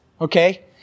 okay